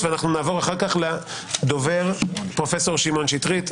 ונעבור אחר כך לפרופ' שמעון שטרית,